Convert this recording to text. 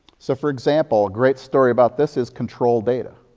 so, for example, a great story about this is control data.